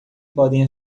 podem